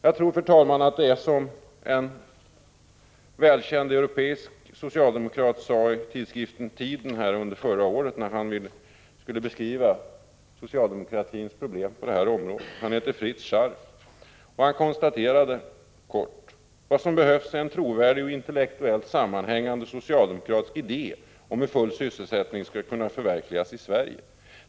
Jag tror, fru talman, att det är som en välkänd europeisk socialdemokrat sade i tidskriften Tiden förra året när han skulle beskriva socialdemokratins problem på detta område. Han heter Fritz Scharpf. Han konstaterade: ”Vad som behövs är en trovärdig och intellektuellt sammanhängande socialdemokratisk idé om hur full sysselsättning skall kunna förverkligas i ett land som Sverige.